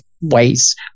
ways